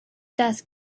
dust